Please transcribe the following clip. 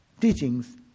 teachings